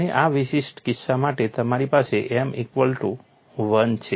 અને આ વિશિષ્ટ કિસ્સા માટે તમારી પાસે m ઇક્વલ ટુ 1 છે